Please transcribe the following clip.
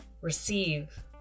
receive